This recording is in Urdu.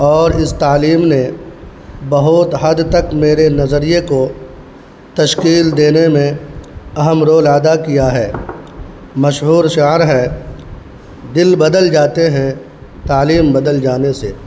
اور اس تعلیم نے بہت حد تک میرے نظریے کو تشکیل دینے میں اہم رول ادا کیا ہے مشہور شعر ہے دل بدل جاتے ہیں تعلیم بدل جانے سے